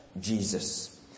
Jesus